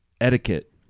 Etiquette